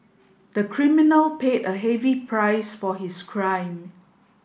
the criminal paid a heavy price for his crime